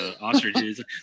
ostriches